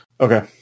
Okay